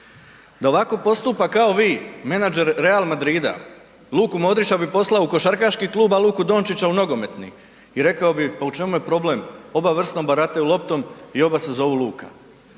Da ovako postupa kao vi menadžer Real Madrida, Luku Modrića bi poslao u košarkaški klub a Luku Dončića u nogometni i rekao bi pa u čemu je problem, oba vrsno barataju loptom i oba se zovu Luka.